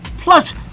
Plus